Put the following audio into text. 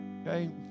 okay